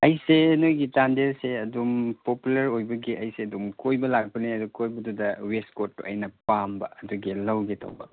ꯑꯩꯁꯦ ꯅꯣꯏꯒꯤ ꯆꯥꯟꯗꯦꯜꯁꯦ ꯑꯗꯨꯝ ꯄꯣꯄꯨꯂꯔ ꯑꯣꯏꯕꯒꯤ ꯑꯩꯁꯦ ꯑꯗꯨꯝ ꯀꯣꯏꯕ ꯂꯥꯛꯄꯅꯦ ꯑꯗꯨ ꯀꯣꯏꯕꯗꯨꯗ ꯋꯦꯁ ꯀꯣꯠꯇꯣ ꯑꯩꯅ ꯄꯥꯝꯕ ꯑꯗꯨꯒꯤ ꯂꯧꯒꯦ ꯇꯧꯕ